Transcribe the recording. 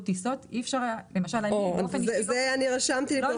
טיסות ואני לא הצלחתי להגיע לאל-על בכלל.